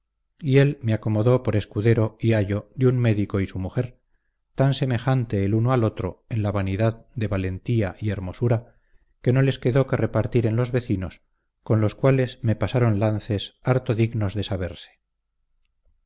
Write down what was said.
y él me acomodó por escudero y ayo de un médico y su mujer tan semejante el uno al otro en la vanidad de valentía y hermosura que no les quedó que repartir en los vecinos con los cuales me pasaron lances harto dignos de saberse